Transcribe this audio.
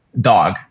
Dog